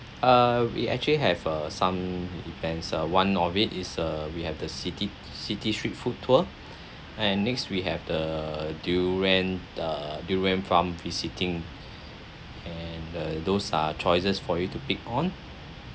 uh we actually have a some events uh one of it is a we have the city city street food tour and next we have the durian uh durian farm visiting and uh those are choices for you to pick on